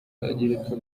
guhuzagurika